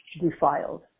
defiled